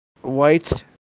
white